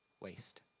waste